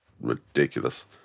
ridiculous